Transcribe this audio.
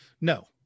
no